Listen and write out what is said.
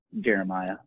Jeremiah